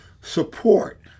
support